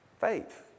Faith